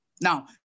now